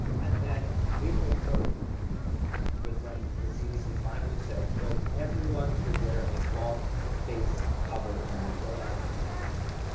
and then april third was when the cdc finally said, everyone should wear a cloth face cover when they go out in public.